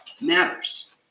matters